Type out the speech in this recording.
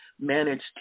managed